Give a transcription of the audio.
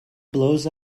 blows